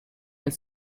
and